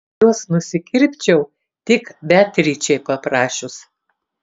juos nusikirpčiau tik beatričei paprašius